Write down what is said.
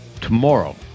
tomorrow